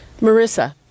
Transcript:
Marissa